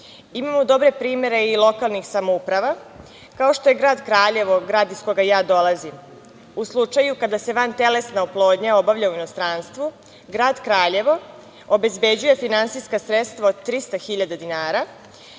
dobre primere i lokalnih samouprava, kao što je grad Kraljevo, grad iz koga ja dolazim. U slučaju kada se vantelesna oplodnja obavlja u inostranstvu grad Kraljevo obezbeđuje finansijska sredstva od 300.000 dinara,